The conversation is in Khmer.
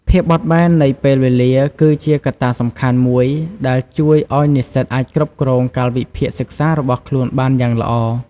ភាពបត់បែននៃពេលវេលា គឺជាកត្តាសំខាន់មួយដែលជួយឲ្យនិស្សិតអាចគ្រប់គ្រងកាលវិភាគសិក្សារបស់ខ្លួនបានយ៉ាងល្អ។